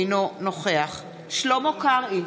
אינו נוכח שלמה קרעי,